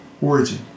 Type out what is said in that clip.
origin